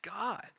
God